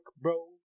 bro